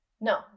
no